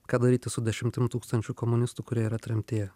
ką daryti su dešimtim tūkstančių komunistų kurie yra tremtyje